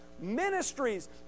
ministries